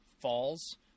falls